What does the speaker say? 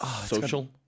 Social